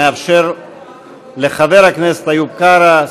נאפשר לחבר הכנסת איוב קרא,